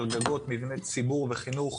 על גגות מבני ציבור וחינוך,